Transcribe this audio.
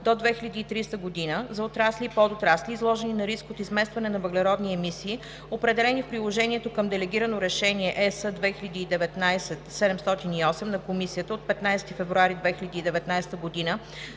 До 2030 г. за отрасли и подотрасли, изложени на риск от изместване на въглеродни емисии, определени в Приложението към Делегирано решение (ЕС) 2019/708 на Комисията от 15 февруари 2019 година